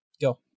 go